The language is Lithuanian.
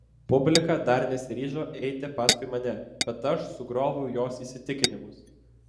publika dar nesiryžo eiti paskui mane bet aš sugrioviau jos įsitikinimus